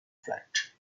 flat